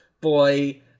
boy